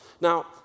Now